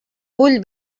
vull